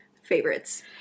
Favorites